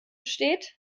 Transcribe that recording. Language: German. steht